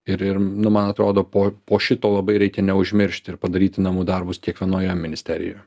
ir ir nu man atrodo po po šito labai reikia neužmiršti ir padaryti namų darbus kiekvienoje ministerijoe